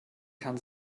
kann